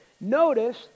Notice